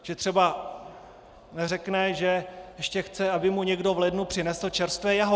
Že třeba neřekne, že ještě chce, aby mu někdo v lednu přinesl čerstvé jahody.